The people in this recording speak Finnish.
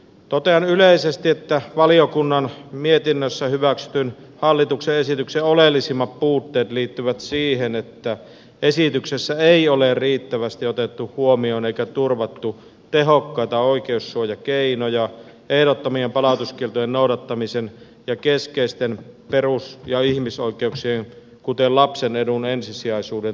totean yleisesti että valiokunnan mietinnössä hyväksytyn hallituksen esityksen oleellisimmat puutteet liittyvät siihen että esityksessä ei ole riittävästi otettu huomioon eikä turvattu tehokkaita oikeussuojakeinoja ehdottomien palautuskieltojen noudattamisen ja keskeisten perus ja ihmisoikeuksien kuten lapsen edun ensisijaisuuden turvaamiseksi